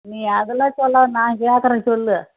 நீ அதெல்லாம் சொல்ல வேண்டாம் நான் கேட்கறேன் சொல்லு